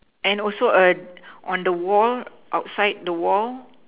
and also a on the wall outside the wall